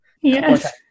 Yes